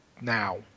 now